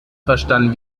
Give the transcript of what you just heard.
verstanden